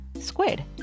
squid